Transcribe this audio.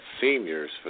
seniors